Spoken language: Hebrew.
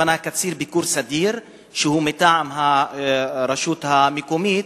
קצין ביקור סדיר מטעם הרשות המקומית